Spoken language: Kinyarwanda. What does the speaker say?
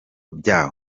bya